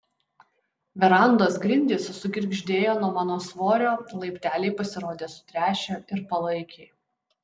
verandos grindys sugirgždėjo nuo mano svorio laipteliai pasirodė sutręšę ir palaikiai